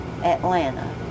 Atlanta